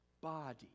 body